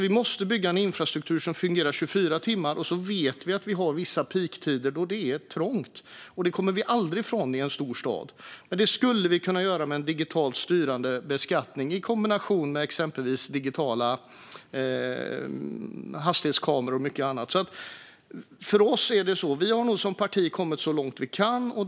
Vi måste bygga en infrastruktur som fungerar 24 timmar, och sedan vet vi att vi har vissa peaktider då det är trångt. Detta kommer vi aldrig ifrån i en stor stad. Men det skulle vi kunna göra med en digitalt styrande beskattning i kombination med exempelvis digitala hastighetskameror och mycket annat. Vi har nog som parti kommit så långt vi kan.